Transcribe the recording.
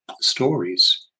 stories